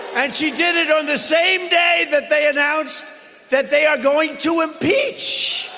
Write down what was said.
and she did it on the same day that they announce that they are going to impeach.